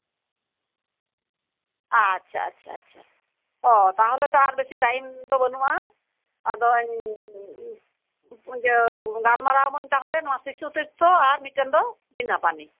ᱟᱪᱪᱷᱟ ᱟᱪᱪᱷᱟ ᱟᱪᱪᱷᱟ ᱚ ᱛᱟᱞᱦᱮ ᱟᱨ ᱵᱮᱥᱤ ᱴᱟᱭᱤᱢ ᱫᱚ ᱵᱟᱱᱩᱜᱼᱟ ᱟᱫᱚᱧ ᱜᱟᱞᱢᱟᱨᱟᱣᱟᱢᱟᱹᱧ ᱛᱟᱞᱦᱮ ᱢᱤᱫᱴᱮᱡ ᱫᱚ ᱥᱤᱥᱩᱛᱤᱨᱛᱷᱚ ᱟᱨ ᱵᱤᱱᱟᱯᱟᱱᱤ